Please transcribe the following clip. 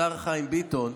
השר חיים ביטון,